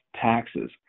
taxes